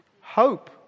Hope